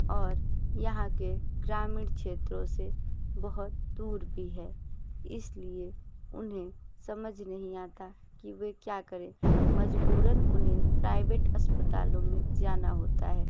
और यहाँ के ग्रामीण क्षेत्रों से बहुत दूर भी है इसलिए उन्हें समझ नहीं आता कि वे क्या करें मजबूरन उन्हें प्राइवेट अस्पतालों में जाना होता है